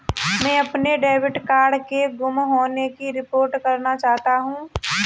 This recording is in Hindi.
मैं अपने डेबिट कार्ड के गुम होने की रिपोर्ट करना चाहता हूँ